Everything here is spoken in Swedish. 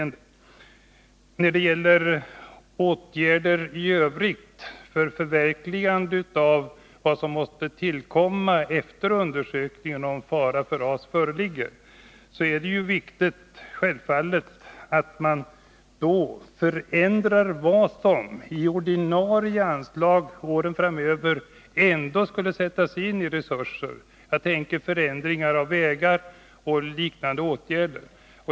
När det gäller ytterligare åtgärder, om fara för ras föreligger, är det självfallet viktigt att man då ändrar vad som i ordinarie anslag åren framöver ändå skulle sättas in i fråga om resurser. Jag tänker på förändringar av vägar och liknande åtgärder.